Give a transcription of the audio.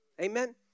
Amen